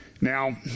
Now